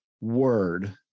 word